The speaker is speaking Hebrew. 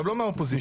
לא רק מהאופוזיציה.